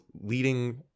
leading